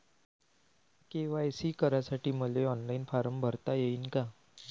KYC करासाठी मले online form भरता येईन का?